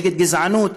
נגד גזענות,